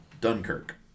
Dunkirk